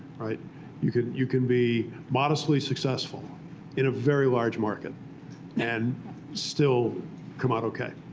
you can you can be modestly successful in a very large market and still come out ok,